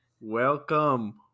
welcome